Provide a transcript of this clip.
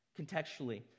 contextually